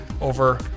over